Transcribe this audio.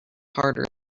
harder